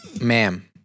ma'am